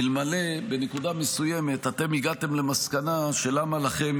אלמלא בנקודה מסוימת אתם הגעתם למסקנה: למה לכם